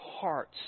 hearts